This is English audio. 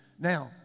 Now